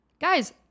guys